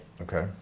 Okay